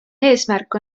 eesmärk